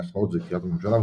נחלאות ולקריית הממשלה,